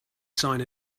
sign